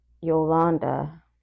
Yolanda